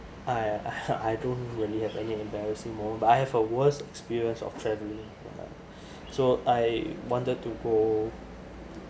I I don't really have any embarrassing moment but I have a worst experience of travelling so I wanted to go